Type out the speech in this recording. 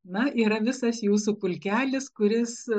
na yra visas jūsų pulkelis kuris